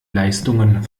leistungen